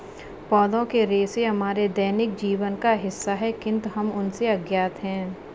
पौधों के रेशे हमारे दैनिक जीवन का हिस्सा है, किंतु हम उनसे अज्ञात हैं